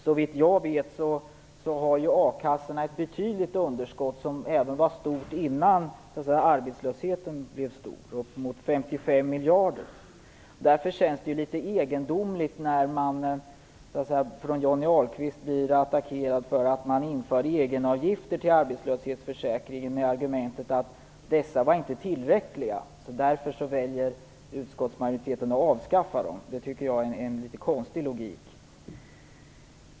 Såvitt jag vet har a-kassorna ett betydande underskott, som var stort även innan arbetslösheten blev stor, uppemot 55 miljarder. Det känns därför litet egendomligt att bli attackerad av Johnny Ahlqvist för att man införde egenavgifter till arbetslöshetsförsäkringen. Med argumentet att dessa inte var tillräckliga väljer majoriteten att avskaffa dem. Jag tycker att det är en litet konstig logik.